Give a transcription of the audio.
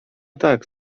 tak